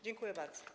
Dziękuję bardzo.